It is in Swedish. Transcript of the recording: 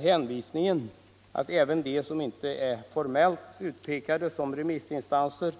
Hänvisningen till att även andra än de som formellt utpekats som remissinstanser